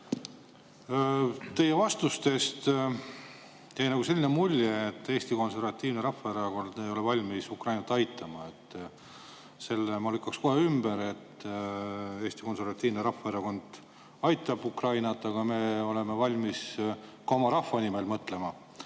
Teie vastustest jäi selline mulje, et Eesti Konservatiivne Rahvaerakond ei ole valmis Ukrainat aitama. Selle ma lükkan kohe ümber. Eesti Konservatiivne Rahvaerakond aitab Ukrainat, aga me oleme valmis mõtlema